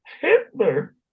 Hitler